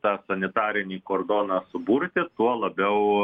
tą sanitarinį kordoną suburti tuo labiau